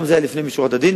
גם זה היה לפנים משורת הדין,